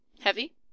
HEAVY